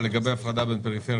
אבל לגבי הפרדה בין פריפריה למרכז,